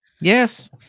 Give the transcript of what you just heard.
yes